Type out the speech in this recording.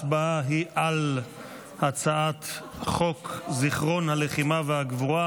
ההצבעה היא על הצעת חוק זיכרון הלחימה והגבורה,